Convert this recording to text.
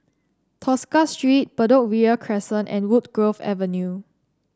Tosca Street Bedok Ria Crescent and Woodgrove Avenue